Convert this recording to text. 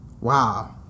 Wow